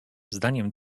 zdaniem